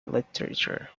literature